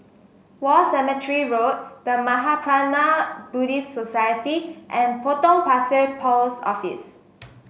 War Cemetery Road The Mahaprajna Buddhist Society and Potong Pasir Post Office